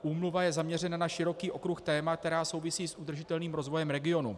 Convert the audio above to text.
Úmluva je zaměřena na široký okruh témat, která souvisí s udržitelným rozvoje regionu.